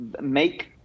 make